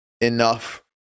enough